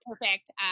perfect